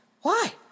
Why